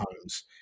homes